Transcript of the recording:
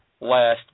last